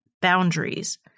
Boundaries